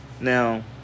Now